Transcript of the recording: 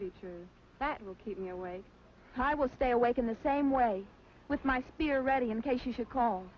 be true that will keep me away so i will stay awake in the same way with my spear ready in case you should call